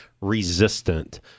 resistant